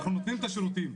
אנחנו נותנים את השירותים,